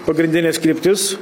pagrindines kryptis